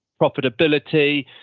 profitability